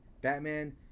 Batman